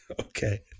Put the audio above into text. Okay